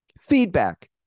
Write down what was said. Feedback